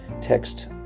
text